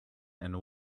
and